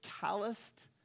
calloused